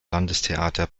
landestheater